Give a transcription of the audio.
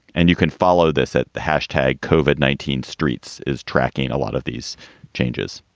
and you can follow this at the hashtag kov at nineteen streets is tracking a lot of these changes.